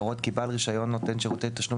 להורות כי בעל רישיון נותן שירותי תשלום